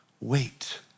wait